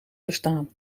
verstaan